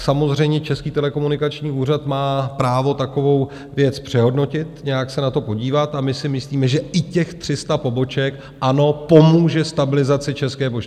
Samozřejmě, Český telekomunikační úřad má právo takovou věc přehodnotit, nějak se na to podívat, a my si myslíme, že i těch 300 poboček ano, pomůže stabilizaci České pošty.